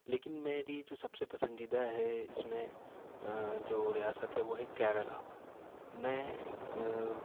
لیکن میری جو سب سے پسندیدہ ہے اس میں جو ریاست ہے وہ ہے کیرلا میں ایک